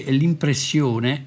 l'impressione